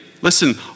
Listen